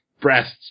breasts